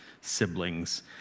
siblings